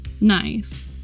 Nice